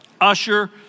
Usher